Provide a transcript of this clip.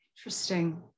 Interesting